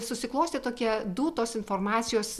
susiklostė tokie du tos informacijos